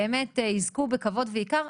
באמת יזכו בכבוד ויקר.